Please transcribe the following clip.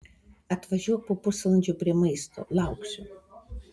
atvažiuok už pusvalandžio prie maisto lauksiu